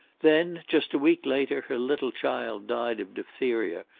then just a week later her little child died of diphtheria,